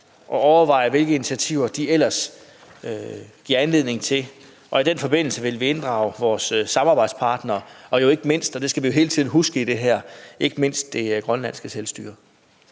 og overveje, hvilke initiativer de ellers giver anledning til. Og i den forbindelse vil vi inddrage vores samarbejdspartnere og ikke mindst – og det skal vi hele tiden huske i det her – det grønlandske selvstyre.